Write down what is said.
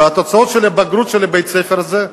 והתוצאות של הבגרות של בית-הספר הזה,